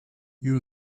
you